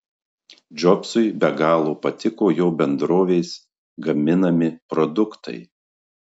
džobsui be galo patiko jo bendrovės gaminami produktai